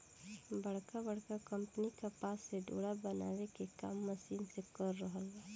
बड़का बड़का कंपनी कपास से डोरा बनावे के काम मशीन से कर रहल बा